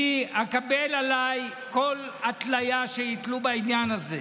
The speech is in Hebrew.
אני אקבל עליי כל התליה שיתלו בעניין הזה.